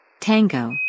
Tango